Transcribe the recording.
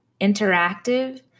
interactive